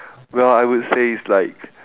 well I would say it's like